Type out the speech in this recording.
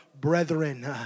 brethren